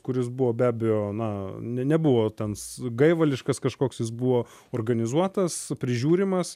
kuris buvo be abejo na ne nebuvo ten gaivališkas kažkoks jis buvo organizuotas prižiūrimas